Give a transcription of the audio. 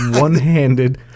one-handed